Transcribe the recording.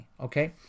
okay